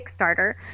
Kickstarter